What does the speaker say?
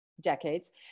decades